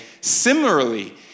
similarly